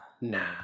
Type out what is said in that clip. Nah